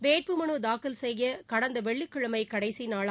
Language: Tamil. வேட்புமனு தாக்கல் செய்ய கடந்த வெள்ளிக்கிழமை கடைசி நாள்